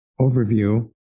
overview